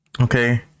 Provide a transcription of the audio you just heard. Okay